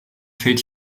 fällt